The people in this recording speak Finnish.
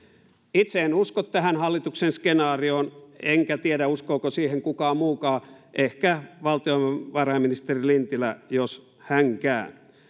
itse en usko tähän hallituksen skenaarioon enkä tiedä uskooko siihen kukaan muukaan ehkä valtiovarainministeri lintilä jos hänkään